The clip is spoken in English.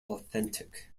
authentic